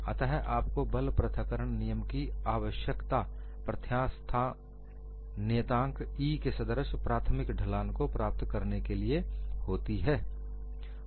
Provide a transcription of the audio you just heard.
अत आपको बल पृथक्करण नियम की आवश्यकता प्रत्यास्थ नियतांक E के सदृश प्राथमिक ढलान को प्राप्त करने के लिए होती है